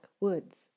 Woods